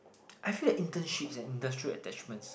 I feel like internships at industrial attachments